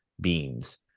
beans